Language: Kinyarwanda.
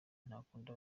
ntakunda